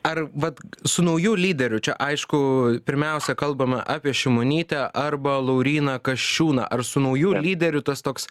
ar vat su nauju lyderiu čia aišku pirmiausia kalbama apie šimonytę arba lauryną kasčiūną ar su nauju lyderiu tas toks